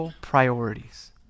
priorities